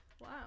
Wow